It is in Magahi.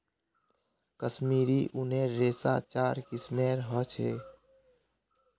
कश्मीरी ऊनेर रेशा चार किस्मेर ह छे